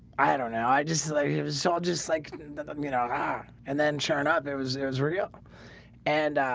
i don't know. i just like so just like um you know ha and then churn out there was there was real and